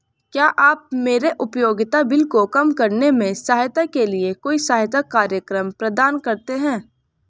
क्या आप मेरे उपयोगिता बिल को कम करने में सहायता के लिए कोई सहायता कार्यक्रम प्रदान करते हैं?